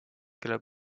kellel